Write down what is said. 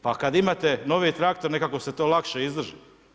Pa kada imate novi traktor, nekako se to lakše izdrži.